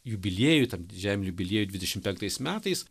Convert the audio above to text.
jubiliejui tam didžiajam jubiliejui dvidešim penktais metais